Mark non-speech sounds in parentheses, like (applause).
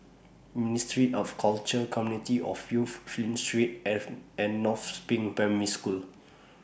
Ministry of Culture Community of Youth Flint Street (unintelligible) and North SPRING Primary School (noise)